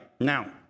Now